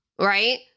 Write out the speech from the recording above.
right